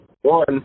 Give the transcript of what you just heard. One